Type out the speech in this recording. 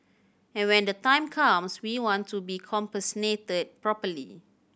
and when the time comes we want to be compensated properly